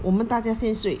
我们大家先睡